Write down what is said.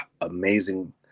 amazing